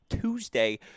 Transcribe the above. Tuesday